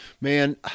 man